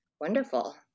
wonderful